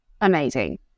amazing